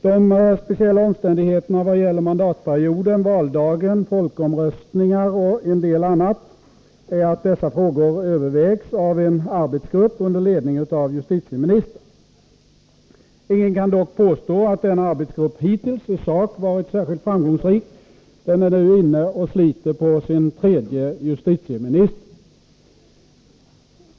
De speciella omständigheterna vad gäller mandatperioden, valdagen, folkomröstningar och en del annat är att dessa frågor övervägs av en arbetsgrupp under ledning av justitieministern. Ingen kan dock påstå att denna arbetsgrupp hittills i sak varit särskilt framgångsrik. Den är nu inne och sliter på sin tredje justitieminister.